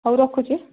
ହଉ ରଖୁଛି